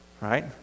right